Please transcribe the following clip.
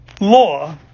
law